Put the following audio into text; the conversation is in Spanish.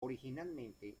originalmente